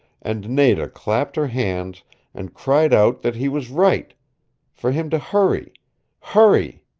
and nada clapped her hands and cried out that he was right for him to hurry hurry